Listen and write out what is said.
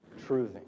truthing